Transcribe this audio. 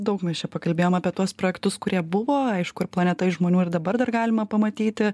daug mes čia pakalbėjom apie tuos projektus kurie buvo aišku ir planeta iš žmonių ir dabar dar galima pamatyti